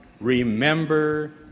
Remember